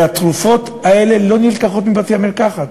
והתרופות האלה לא נלקחות מבתי-המרקחת,